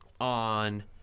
on